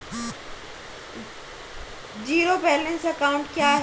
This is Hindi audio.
ज़ीरो बैलेंस अकाउंट क्या है?